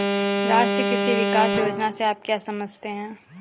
राष्ट्रीय कृषि विकास योजना से आप क्या समझते हैं?